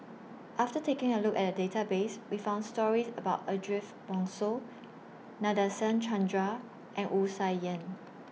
after taking A Look At The Database We found stories about Ariff Bongso Nadasen Chandra and Wu Tsai Yen